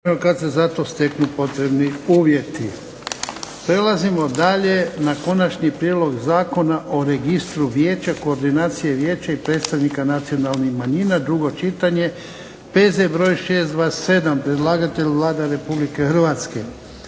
**Jarnjak, Ivan (HDZ)** Prelazimo dalje na - Konačni prijedlog zakona o Registru vijeća, koordinacija vijeća i predstavnika nacionalnih manjina, drugo čitanje, P.Z. br. 627 Predlagatelj je Vlada Republike Hrvatske.